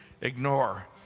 ignore